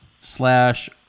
slash